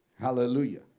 Hallelujah